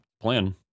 plan